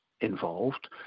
involved